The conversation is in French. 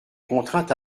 contrainte